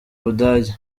budage